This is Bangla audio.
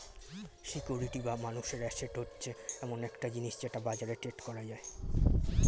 সিকিউরিটি বা মানুষের অ্যাসেট হচ্ছে এমন একটা জিনিস যেটা বাজারে ট্রেড করা যায়